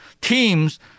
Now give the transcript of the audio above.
teams